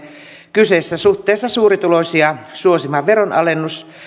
kyseessä suhteellisesti suurituloisia suosiva veronalennus